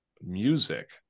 music